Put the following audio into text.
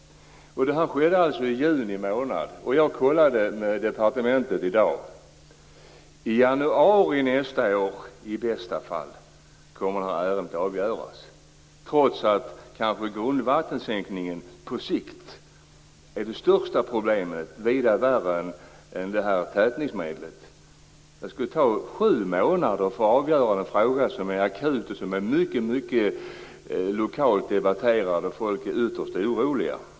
Detta skedde alltså i juni, och jag kollade med departementet i dag. I januari nästa år kommer det här ärendet i bästa fall att avgöras - detta trots att grundvattensänkningen kanske på sikt är det största problemet, vida värre än det här med tätningsmedlet. Det skulle alltså ta sju månader att avgöra en fråga som är akut och som är mycket debatterad lokalt. Folk är ytterst oroade.